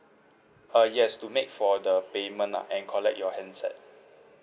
uh yes to make for the payment lah and collect your handset